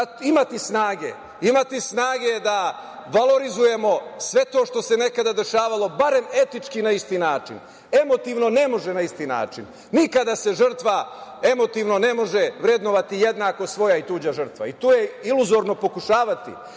imati snage da valorizujemo sve to što se nekada dešavalo barem etički na isti način. Emotivno ne može na isti način. Nikada se žrtva emotivno ne može vrednovati jednako svoja i tuđa žrtva i to je iluzorno pokušavati,